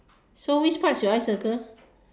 so which part should I circle